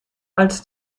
als